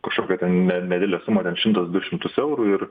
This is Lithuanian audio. kažkokią ten ne nedidelę sumą ten šimtas du šimtus eurų ir